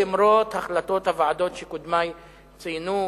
למרות החלטות שנתקבלו בוועדות שקודמי ציינו,